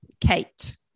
Kate